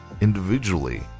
individually